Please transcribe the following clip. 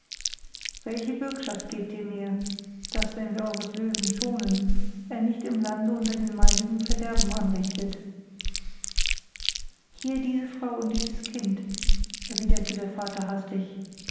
welche bürgschaft gebt ihr mir daß wenn wir eures löwen schonen er nicht im lande unter den meinigen verderben anrichtet hier diese frau und dieses kind erwiderte der vater hastig